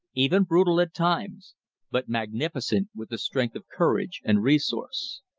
even brutal at times but magnificent with the strength of courage and resource.